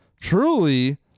truly